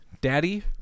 Daddy